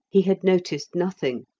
he had noticed nothing.